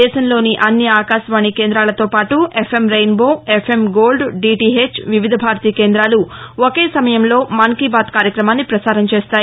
దేశంలోని అన్ని ఆకాశవాణి కేంద్రాలతోపాటు ఎఫ్ఎం రెయిన్బో ఎఫ్ఎం గోల్డ్ డిటిపెాచ్ వివిధ భారతి కేంద్రాలు ఒకే సమయంలో మన్ కీ బాత్ కార్యక్రమాన్ని ప్రసారం చేస్తాయి